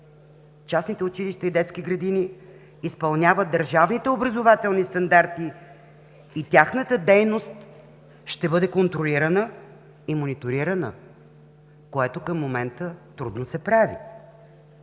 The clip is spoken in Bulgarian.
Частните училища и детски градини изпълняват държавните образователни стандарти и тяхната дейност ще бъде контролирана и мониторирана, което към момента трудно се прави.